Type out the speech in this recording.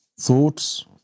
Thoughts